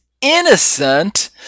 innocent